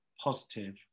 positive